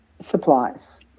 supplies